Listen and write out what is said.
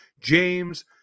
James